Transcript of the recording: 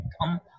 come